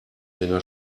länger